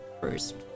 first